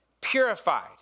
purified